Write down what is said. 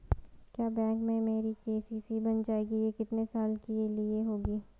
क्या बैंक में मेरी के.सी.सी बन जाएगी ये कितने साल के लिए होगी?